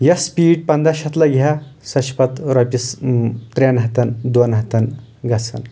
یۄس پیٖٹ پنٛدہ شیٚتھ لگہِ ہا سۄ چھِ پتہٕ رۄپیس ترٛٮ۪ن ہتن دۄن ہتن گژھان